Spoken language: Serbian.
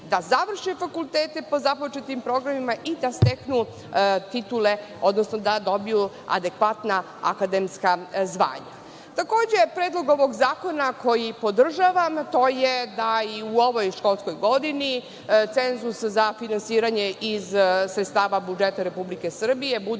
da završe fakultete po započetim programima i da steknu titule, odnosno da dobiju adekvatna akademska zvanja. Predlog zakona koji podržavam to je da i u ovoj školskoj godini cenzus za finansiranje iz sredstava budžeta RS bude